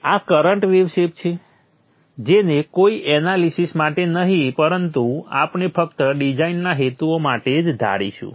આ current wave shape છે જેને કોઈ એનાલિસીસ માટે નહીં પરંતુ આપણે ફક્ત ડિઝાઇનના હેતુઓ માટે જ ધારીશું